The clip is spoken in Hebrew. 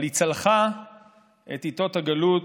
אבל היא צלחה את עיתות הגלות,